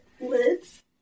Lids